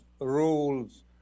rules